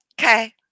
okay